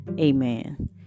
Amen